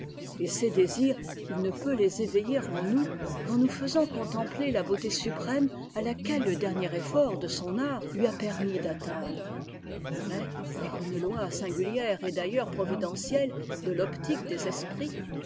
et ces désirs il ne peut les éveiller en nous qu'en nous faisant contempler la beauté suprême à laquelle le dernier en'ort de son art lui a permis d'atteindre mais par une loi singulière et d'ailleurs providentielle de l'optique des esprits